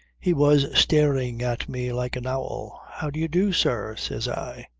he was staring at me like an owl. how do you do, sir? says i.